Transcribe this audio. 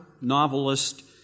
novelist